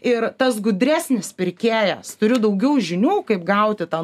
ir tas gudresnis pirkėjas turiu daugiau žinių kaip gauti tą